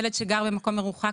ילד שגר במקום מרוחק,